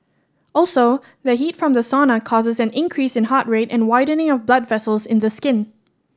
also the heat from the sauna causes an increase in heart rate and widening of blood vessels in the skin